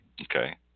okay